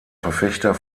verfechter